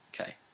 okay